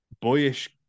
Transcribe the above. boyish